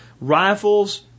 rifles